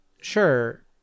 sure